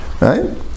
right